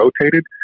rotated